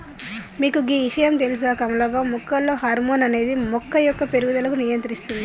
మీకు గీ ఇషయాం తెలుస కమలవ్వ మొక్కలలో హార్మోన్ అనేది మొక్క యొక్క పేరుగుదలకు నియంత్రిస్తుంది